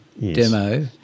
Demo